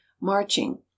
marching